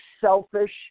selfish